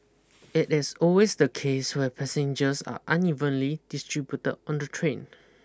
it is always the case where passengers are unevenly distributed on the train